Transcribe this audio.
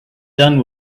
done